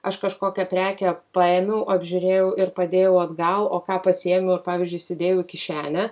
aš kažkokią prekę paėmiau apžiūrėjau ir padėjau atgal o ką pasiėmiau ar pavyzdžiui įsidėjau į kišenę